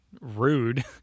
rude